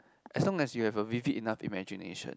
as long as you have a vivid enough imagination